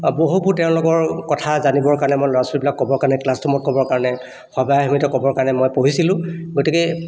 বা বহুতো তেওঁলোকৰ কথা জানিবৰ কাৰণে ল'ৰা ছোৱালীবিলাকক ক'বৰ কাৰণে ক্লাছ ৰুমত ক'বৰ কাৰণে সভাই সমিতিয়ে ক'বৰ কাৰণে মই পঢ়িছিলোঁ গতিকে